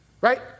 Right